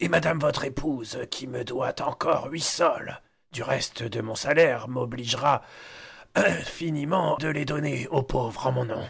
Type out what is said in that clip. et madame votre épouse qui me doit encore huit sols du reste de mon salaire m'obligera infiniment de les donner aux pauvres en mon nom